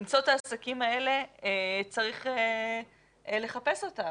למצוא את העסקים האלה צריך לחפש אותם,